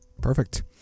Perfect